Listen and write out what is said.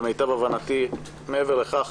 להבנתי, מעבר לכך